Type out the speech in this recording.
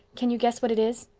can you guess what it is?